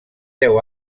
deu